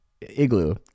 igloo